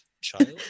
child